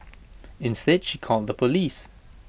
instead she called the Police